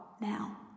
now